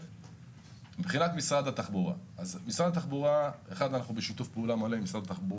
מבחינת משרד התחבורה, אנחנו בשיתוף פעולה מלא אתם.